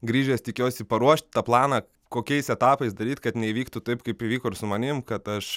grįžęs tikiuosi paruošt tą planą kokiais etapais daryt kad neįvyktų taip kaip įvyko ir su manim kad aš